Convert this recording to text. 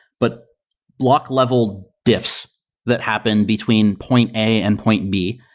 but block level difs that happen between point a and point b.